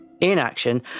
inaction